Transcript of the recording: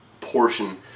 portion